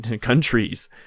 countries